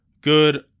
good